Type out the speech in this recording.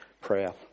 prayer